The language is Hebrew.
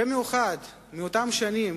במיוחד באותן שנים